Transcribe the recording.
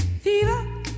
Fever